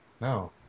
No